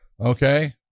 Okay